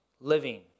living